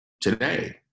today